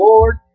Lord